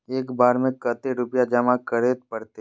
एक बार में कते रुपया जमा करे परते?